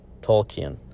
Tolkien